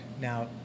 Now